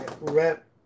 rep